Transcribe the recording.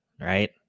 right